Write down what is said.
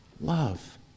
Love